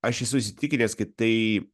aš esu įsitikinęs kad tai